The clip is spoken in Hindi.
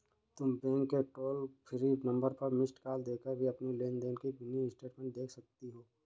तुम बैंक के टोल फ्री नंबर पर मिस्ड कॉल देकर भी अपनी लेन देन की मिनी स्टेटमेंट देख सकती हो